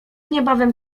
niebawem